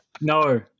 No